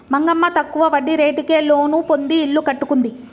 మంగమ్మ తక్కువ వడ్డీ రేటుకే లోను పొంది ఇల్లు కట్టుకుంది